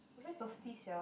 very thirsty sia